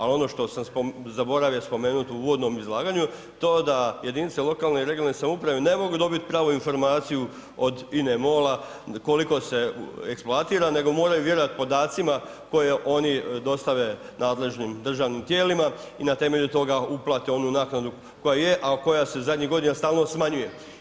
Ali ono što sam zaboravio spomenuti u uvodnom izlaganju je to da jedinice lokalne i regionalne samouprave ne mogu dobiti pravu informaciju od INA-e MOL-a koliko se eksploatira, nego moraju vjerovati podacima koje oni dostave nadležnim državnim tijelima i na temelju toga uplate onu naknadu koja je, a koja se u zadnjih godina stalno smanjuje.